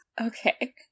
Okay